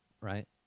right